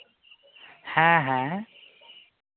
ᱦᱮᱸ ᱦᱮᱸ